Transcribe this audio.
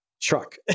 truck